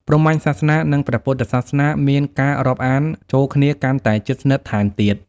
ព្រហ្មញ្ញសាសនា និង ព្រះពុទ្ធសាសនាមានការរាប់អានចូលគ្នាកាន់តែជិតស្និទ្ធថែមទៀត ។